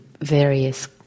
various